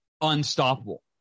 unstoppable